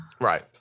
right